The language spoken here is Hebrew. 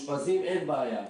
שמאושפזים, אין בעיה.